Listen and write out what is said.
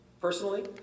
personally